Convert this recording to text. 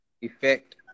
effect